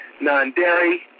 non-dairy